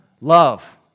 love